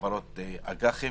חברות האג"ח.